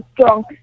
strong